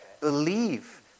believe